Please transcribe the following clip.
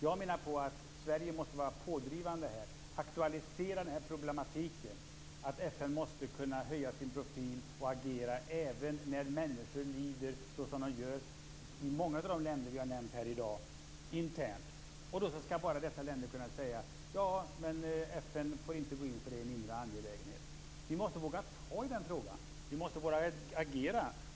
Jag menar att Sverige måste vara pådrivande här och aktualisera den här problematiken, dvs. att FN måste kunna höja sin profil och agera även när människor lider på grund av interna konflikter, såsom de gör i många av de länder vi har nämnt här i dag. Dessa länder kan i dag säga: FN får inte gå in, för det är en inre angelägenhet. Vi måste våga ta i den frågan. Vi måste agera.